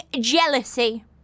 jealousy